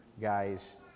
guys